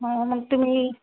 हो मग तुम्ही